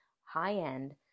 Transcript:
high-end